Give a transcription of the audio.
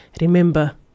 Remember